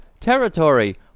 territory